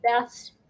best